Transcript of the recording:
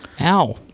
Ow